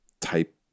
type